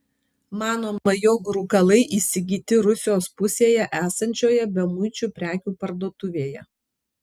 manoma jog rūkalai įsigyti rusijos pusėje esančioje bemuičių prekių parduotuvėje